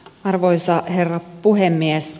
arvoisa herra puhemies